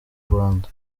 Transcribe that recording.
rwanda